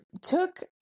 took